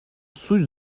суть